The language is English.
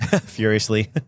furiously